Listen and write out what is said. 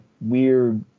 weird